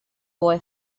boy